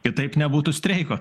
kitaip nebūtų streiko